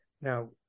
now